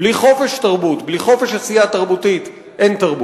בלי חופש אין תרבות, בלי חירות אין יצירה.